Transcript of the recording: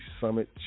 summit